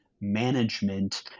management